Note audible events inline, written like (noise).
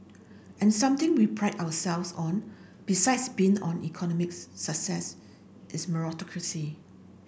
and something we pride ourselves on besides being an economics success is (unintelligible)